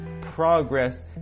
progress